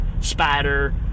Spider